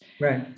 Right